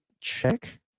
check